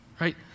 Right